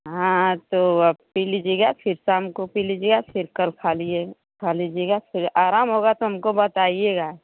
हाँ तो अब पी लीजियेगा फिर शाम को पी लीजिएगा फिर कल खा लिये खा लीजियेगा फिर आराम होगा तो हमको बताइयेगा